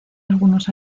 algunos